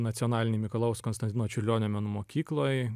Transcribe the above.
nacionalinėj mikalojaus konstantino čiurlionio menų mokykloj